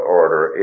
order